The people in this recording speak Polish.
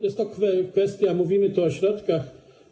Jest to kwestia, mówimy o środkach.